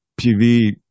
PV